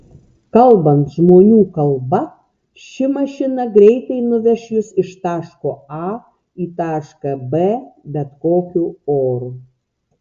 kalbant žmonių kalba ši mašina greitai nuveš jus iš taško a į tašką b bet kokiu oru